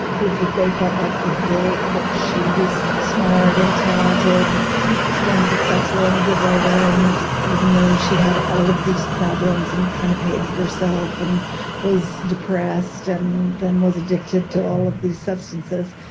was that they felt like they like she was smart and talented and successful and a good writer. and even though she had all of these problems and kind of hated herself and was depressed and then was addicted to all of these substances,